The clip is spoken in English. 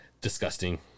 disgusting